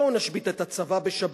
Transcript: בואו נשבית את הצבא בשבת,